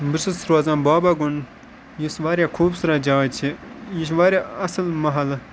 بہٕ چھُس روزان بابا گُنٛڈ یُس واریاہ خوٗبصوٗرت جاے چھِ یہِ چھِ واریاہ اَصٕل محلہٕ